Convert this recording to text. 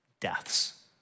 deaths